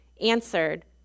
answered